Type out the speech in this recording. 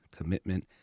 commitment